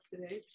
today